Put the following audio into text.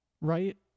Right